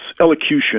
elocution